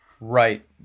right